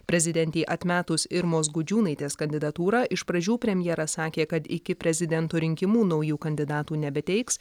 prezidentei atmetus irmos gudžiūnaitės kandidatūrą iš pradžių premjeras sakė kad iki prezidento rinkimų naujų kandidatų nebeteiks